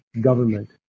government